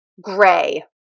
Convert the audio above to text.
gray